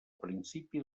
principi